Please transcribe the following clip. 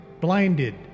blinded